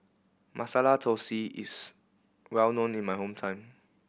Masala Thosai is well known in my hometown